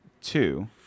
two